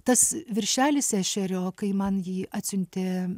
tas viršelis ešerio kai man jį atsiuntė